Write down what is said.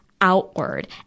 outward